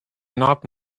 not